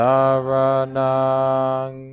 Saranang